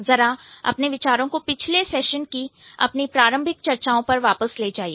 ज़रा अपने विचारों को पिछले सेशन की अपनी प्रारंभिक चर्चाओं पर वापस पर ले जाइए